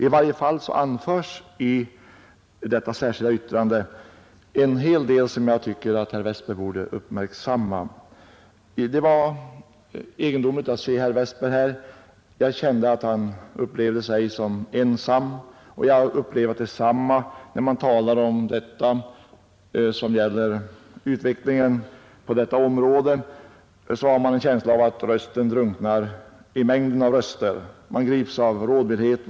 I varje fall anförs i det särskilda yttrande som föreligger en hel del som jag tycker att herr Westberg borde uppmärksamma. Det var egendomligt att se herr Westberg här. Jag kände att han upplevde sig som ensam, och jag har upplevat detsamma. När man talar om utvecklingen på detta område har man en känsla av att rösten drunknar i mängden av röster. Man grips av rådvillhet.